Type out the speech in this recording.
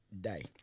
day